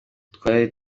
twari